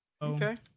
Okay